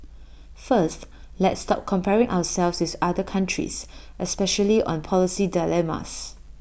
first let's stop comparing ourselves with other countries especially on policy dilemmas